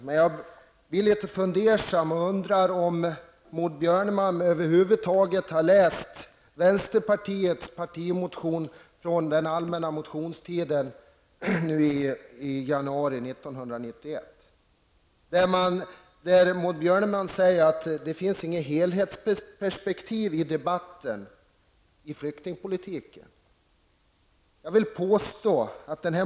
Däremot blir jag litet fundersam och undrar om Maud Björnemalm över huvud taget har läst vänsterpartiets partimotion från den allmänna motionstiden i januari 1991. Maud Björnemalm säger att det inte finns något helhetsperspektiv på flyktingpolitiken i debatten.